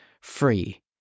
free